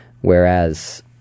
Whereas